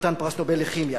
חתן פרס נובל לכימיה,